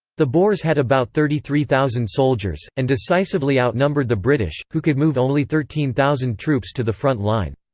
the boers had about thirty three thousand soldiers, and decisively outnumbered the british, who could move only thirteen thousand troops to the front line.